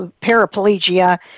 paraplegia